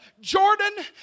Jordan